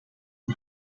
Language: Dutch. een